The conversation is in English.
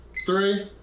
three.